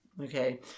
Okay